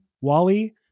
Wally